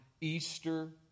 Easter